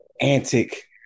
antic